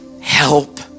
help